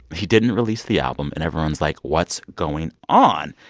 he didn't release the album. and everyone's like, what's going on?